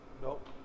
Nope